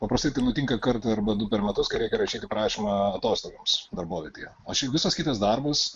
paprastai tai nutinka kartą arba du per metus kai reikia rašyti prašymą atostogoms darbovietėje o šiaip visas kitas darbas